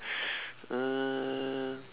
uh